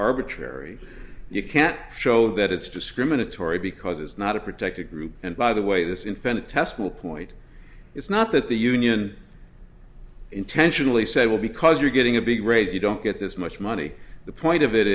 arbitrary you can't show that it's discriminatory because it's not a protected group and by the way this infinitesimal point is not that the union intentionally said well because you're getting a big raise you don't get this much money the point of it